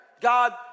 god